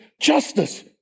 justice